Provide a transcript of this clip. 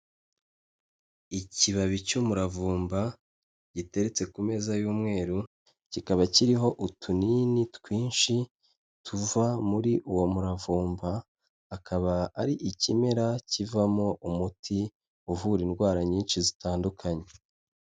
Ikibabi cy'umuravumba giteretse ku meza y'umweru, kikaba kiriho utunini twinshi tuva muri uwo muravumba, akaba ari ikimera kivamo umuti uvura indwara nyinshi zitandukanye.